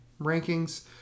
rankings